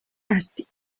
هستی